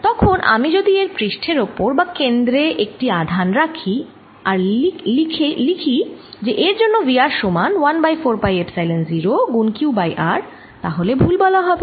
তখন আমি যদি এর পৃষ্ঠের ওপর বা কেন্দ্রে একটি আধান রাখি আর লিখে যে এর জন্য V r সমান 1 বাই 4 পাই এপসাইলন 0 গুণ q বাই r তাহলে ভুল বলা হবে